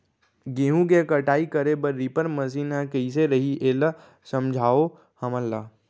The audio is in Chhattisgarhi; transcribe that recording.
गेहूँ के कटाई करे बर रीपर मशीन ह कइसे रही, एला समझाओ हमन ल?